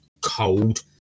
cold